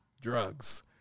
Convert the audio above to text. Drugs